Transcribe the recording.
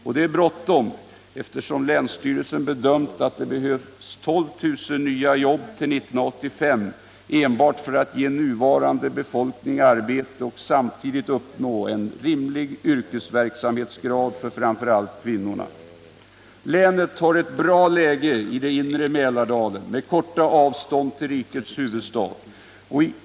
Och det är bråttom, eftersom länsstyrelsen bedömt att det behövs 12 000 nya jobb till 1985 enbart för att ge nuvarande befolkning arbete och samtidigt uppnå en rimlig yrkesverksamhetsgrad för framför allt kvinnorna. Länet har ett bra läge i den inre Mälardalen med korta avstånd till rikets huvudstad.